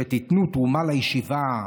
תיתנו תרומה לישיבה,